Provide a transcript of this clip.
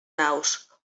naus